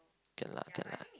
kay lah kay lah